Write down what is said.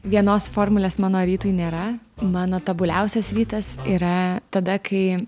vienos formulės mano rytui nėra mano tobuliausias rytas yra tada kai